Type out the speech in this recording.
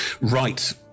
Right